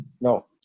No